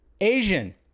Asian